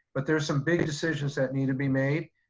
but there are some big decisions that need to be made.